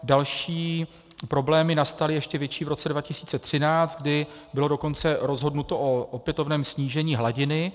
Další problémy nastaly, ještě větší, v roce 2013, kdy bylo dokonce rozhodnuto o opětovném snížení hladiny.